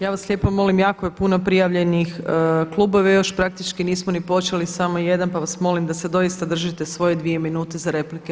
Ja vas lijepo molim, jako je puno prijavljenih, klubove još praktički nismo ni počeli, samo jedan pa vas molim da se doista držite svoje dvije minute za replike.